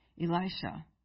Elisha